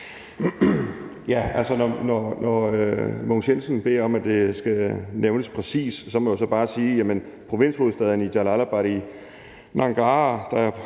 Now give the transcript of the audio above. Når Mogens Jensen beder om, at det skal nævnes præcist, så må jeg jo bare sige, at provinshovedstaden Jalalabad i Nangarhar,